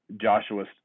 joshua's